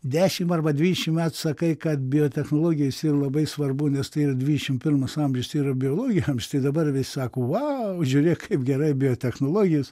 dešimt arba dvidešimt atsakai kad biotechnologijos yra labai svarbu nes tai dvidešimt pirmas amžius tai yra biologija tai dabar visi sako vau žiūrėk kaip gerai biotechnologijos